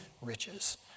riches